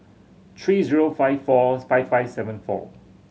three zero five four five five seven four